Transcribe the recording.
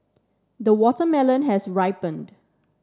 the watermelon has ripened